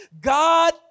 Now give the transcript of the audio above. God